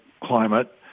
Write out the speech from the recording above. climate